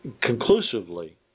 conclusively